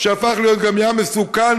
שהפך להיות גם ים מסוכן,